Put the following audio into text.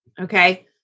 Okay